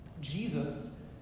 Jesus